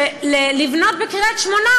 שלבנות בקריית שמונה,